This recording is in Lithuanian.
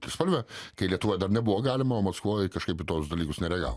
trispalvę kai lietuvoj dar nebuvo galima o maskvoj kažkaip į tuos dalykus nereagavo